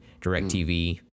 DirecTV